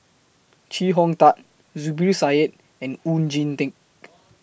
Chee Hong Tat Zubir Said and Oon Jin Teik